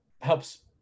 helps